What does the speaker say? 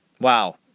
Wow